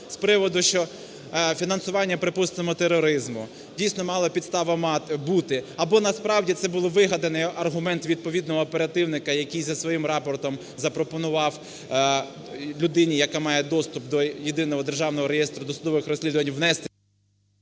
з приводу, що фінансування, припустимо, тероризму, дійсно, мала підставу бути, або насправді це був вигаданий аргумент відповідного оперативника, який за своїм рапортом людині, яка має доступ до Єдиного державного реєстру досудових розслідувань, внести…